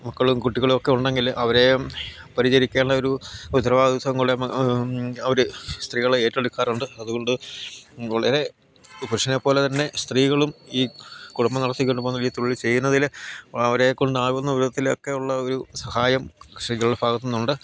മക്കളും കുട്ടികളൊക്കെ ഉണ്ടെങ്കിൽ അവരേയും പരിചരിക്കേണ്ട ഒരു ഉത്തരവാദിത്വം മൂലം അവർ സ്ത്രീകളെ ഏറ്റെടുക്കാറുണ്ട് അതുകൊണ്ട് വളരെ പുരുഷനെ പോലെ തന്നെ സ്ത്രീകളും ഈ കുടുംബം നടത്തി കൊണ്ടു പോകുന്നതിൽ ഈ തൊഴിൽ ചെയ്യുന്നതിൽ അവരെ കൊണ്ട് ആകുന്ന വിധത്തിലൊക്കെയുള്ള ഒരു സഹായം സ്ത്രീകളുടെ ഭാഗത്തു നിന്ന് ഉണ്ട്